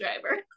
driver